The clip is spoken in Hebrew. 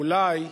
ואולי,